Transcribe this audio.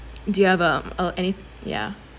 do you have um uh any yeah